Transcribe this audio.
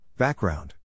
Background